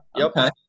okay